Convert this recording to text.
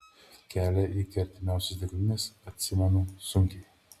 kelią iki artimiausios degalinės atsimenu sunkiai